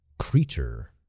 creature